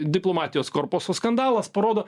diplomatijos korpuso skandalas parodo